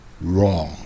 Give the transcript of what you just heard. wrong